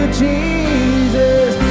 jesus